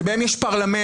שבהן יש פרלמנט,